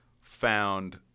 found